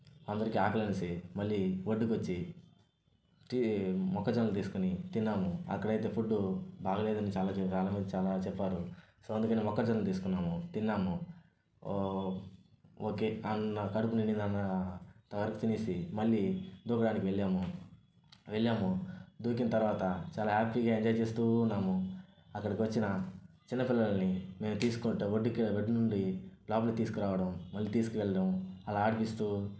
అందరికీ ఆకలి వేసి మళ్ళీ ఒడ్డుకు వచ్చి వచ్చి మొక్కజొన్నలు తీసుకొని తిన్నాము అక్కడ అయితే ఫుడ్ బాగా లేదని చాలామంది చాలా చెప్పారు సో అందుకని మొక్కజొన్నలు తీసుకున్నాము తిన్నాము ఓకే అన కడుపు నిండింది అన్న అంతవరకు తినేసి మళ్ళీ దూకడానికి వెళ్ళాము వెళ్ళాము దూకిన తర్వాత చాలా హ్యాపీగా ఎంజాయ్ చేస్తూ ఉన్నాము అక్కడికి వచ్చిన చిన్నపిల్లల్ని మేము తీసుకొని ఒడ్డుకి ఒడ్డు నుండి లోపలకి తీసుకురావడం మళ్ళీ తీసుకువెళ్ళడం అలా ఆడిపిస్తు